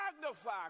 magnify